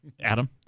Adam